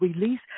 release